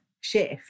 shift